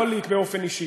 לא לי באופן אישי,